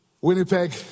Winnipeg